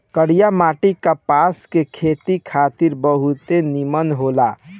करिया माटी कपास के खेती खातिर बहुते निमन होला